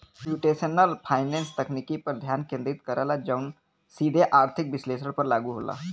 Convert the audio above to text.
computational finance तकनीक पर ध्यान केंद्रित करला जौन सीधे आर्थिक विश्लेषण पर लागू होला